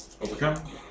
Overcome